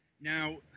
Now